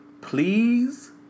Please